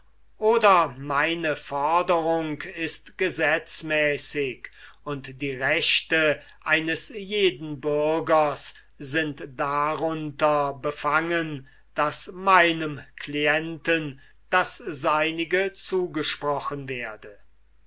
oder meine forderung ist gesetzmäßig und die rechte eines jeden bürgers sind darunter befangen daß meinem clienten das seinige zugesprochen werde